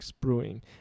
Brewing